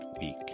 week